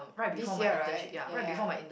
this year right ya ya ya